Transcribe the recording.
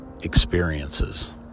experiences